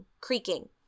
creaking